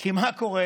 כי מה קורה?